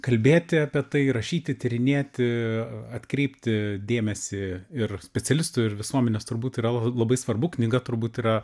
kalbėti apie tai rašyti tyrinėti atkreipti dėmesį ir specialistų ir visuomenės turbūt yra l labai svarbu knyga turbūt yra